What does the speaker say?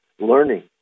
learning